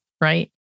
right